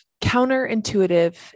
counterintuitive